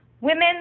Women